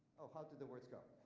oh, how do the words go?